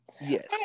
yes